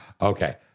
Okay